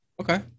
Okay